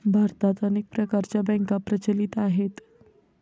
भारतात अनेक प्रकारच्या बँका प्रचलित आहेत